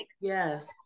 Yes